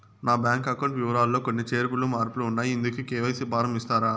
నా bank account వివరాలు లో కొన్ని చేర్పులు మార్పులు ఉన్నాయి, ఇందుకు కె.వై.సి ఫారం ఇస్తారా?